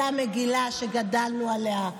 אותה מגילה שגדלנו עליה,